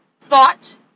thought